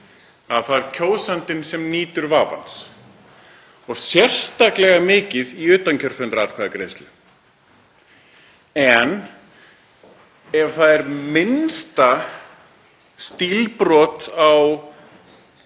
Það er kjósandinn sem nýtur vafans og sérstaklega mikið í utankjörfundaratkvæðagreiðslu. En ef það er minnsta stílbrot á